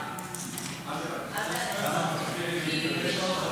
סעיפים 1 2 נתקבלו.